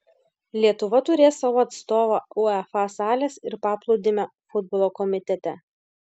lietuva turės savo atstovą uefa salės ir paplūdimio futbolo komitete